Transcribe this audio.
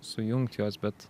sujungt juos bet